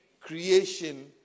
creation